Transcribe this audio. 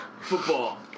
Football